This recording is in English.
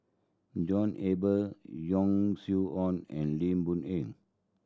John Eber Yong Su Ong and Lim Boon Eng